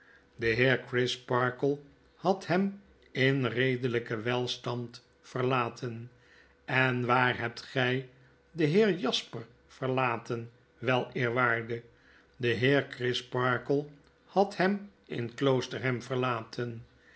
de heer crisparkle had hem in redelijken welstand verlaten en waar hebt gg den heer jasper verlaten weleerwaarde de heer crisparkle had hem in kloosterham verlaten